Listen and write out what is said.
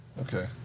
Okay